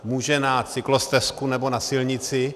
Může na cyklostezku nebo na silnici.